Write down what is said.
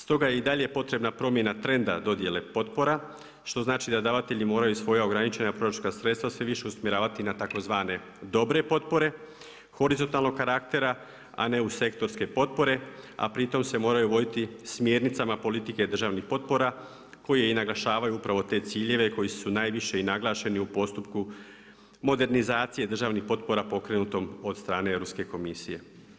Stoga je i dalje potrebna promjene trenda dodjele potpora, što znači da davatelji moraju svoja ograničena proračunska sredstva sve više usmjeravati na tzv. dobre potpore horizontalnog karaktera, a ne u sektorske potpore, a pri tome se moraju voditi smjernicama politike državnih potpora koje i naglašavaju upravo te ciljeve koji su najviše i naglašeni u postupku modernizacije državnih potpora pokrenutom od strane Europske komisije.